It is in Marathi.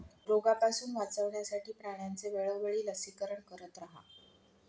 रोगापासून वाचवण्यासाठी प्राण्यांचे वेळोवेळी लसीकरण करत रहा